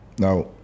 Now